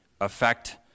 affect